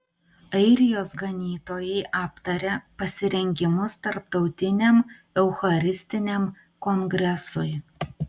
airijos ganytojai aptarė pasirengimus tarptautiniam eucharistiniam kongresui